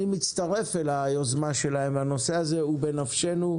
אני מצטרף אל היוזמה שלהם, הנושא הזה הוא בנפשנו,